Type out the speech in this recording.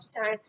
time